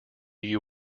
you